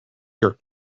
your